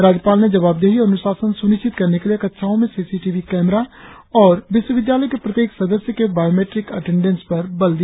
रज्यपाल ने जवाबदेही और अनुशासन सुनिश्चित करने के लिए कक्षाओं में CCTV camera और विश्वविद्यालय के प्रत्येक सदस्य के बायोमेट्रिक अटेंडेस पर बल दिया